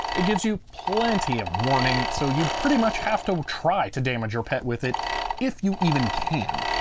it gives you plenty of warning so you'd pretty much have to try to damage your pet with it if you even can.